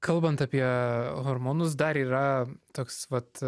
kalbant apie hormonus dar yra toks vat